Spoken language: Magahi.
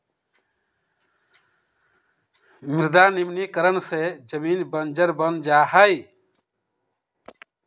मृदा निम्नीकरण से जमीन बंजर बन जा हई